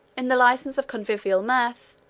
in the license of convivial mirth,